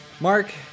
mark